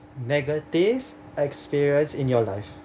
negative experience in your life